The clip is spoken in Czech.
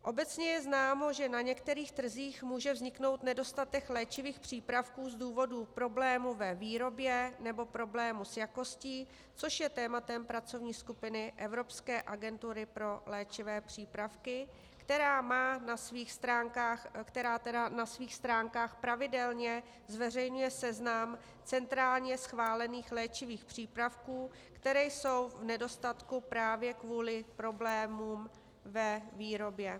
Obecně je známo, že na některých trzích může vzniknout nedostatek léčivých přípravků z důvodu problémů ve výrobě nebo problémů s jakostí, což je tématem pracovní skupiny Evropské agentury pro léčivé přípravky, která na svých stránkách pravidelně zveřejňuje seznam centrálně schválených léčivých přípravků, které jsou v nedostatku právě kvůli problémům ve výrobě.